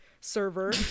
server